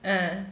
mm